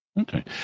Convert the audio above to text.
Okay